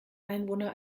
einwohner